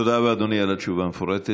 תודה רבה, אדוני, על התשובה המפורטת.